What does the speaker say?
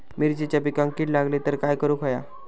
मिरचीच्या पिकांक कीड लागली तर काय करुक होया?